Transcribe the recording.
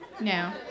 No